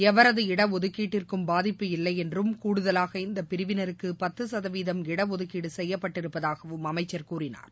எவரதுஒடஒதுக்கீட்டிற்கும் பாதிப்பு இல்லைஎன்றும் கூடுதலாக இந்தபிரிவினருக்குபத்துசதவீதம் இட ஒதுக்கீடுசெய்யப்பட்டிருப்பதாகவும் அமைச்சர் கூறினார்